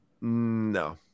No